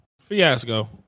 Fiasco